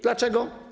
Dlaczego?